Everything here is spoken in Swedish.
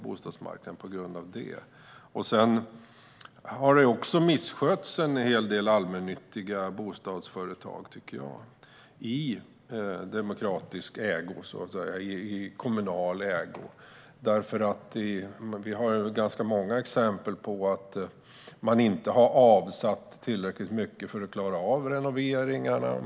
Jag tycker också att en hel del allmännyttiga bostadsföretag i demokratisk, kommunal ägo har misskötts. Vi har ganska många exempel på att man inte har avsatt tillräckligt mycket för att klara av renoveringarna.